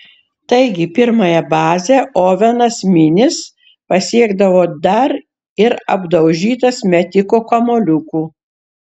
taigi pirmąją bazę ovenas minis pasiekdavo dar ir apdaužytas metiko kamuoliukų